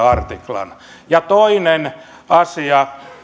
artiklan toinen asia